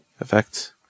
effect